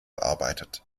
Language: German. arbeitet